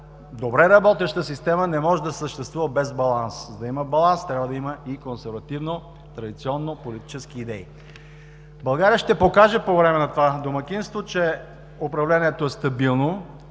добре работеща система не може да съществува без баланс. За да има баланс, трябва да има и консервативно-традиционни политически идеи. България ще покаже по време на това домакинство, че управлението е стабилно,